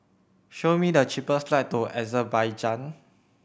show me the cheapest flight to Azerbaijan